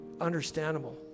understandable